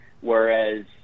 whereas